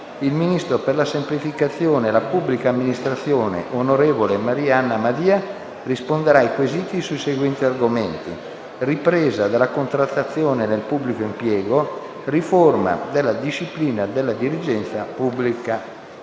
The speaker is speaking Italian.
il ministro per la semplificazione e la pubblica amministrazione, onorevole Marianna Madia, risponderà a quesiti sui seguenti argomenti: ripresa della contrattazione nel pubblico impiego; riforma della disciplina della dirigenza pubblica.